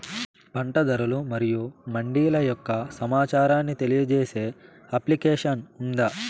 పంట ధరలు మరియు మండీల యొక్క సమాచారాన్ని తెలియజేసే అప్లికేషన్ ఉందా?